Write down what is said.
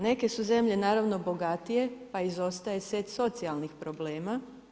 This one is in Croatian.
Neke su zemlje, naravno bogatije, pa izostaje set socijalnih problema.